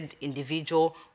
individual